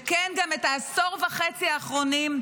וכן גם את העשור וחצי האחרונים,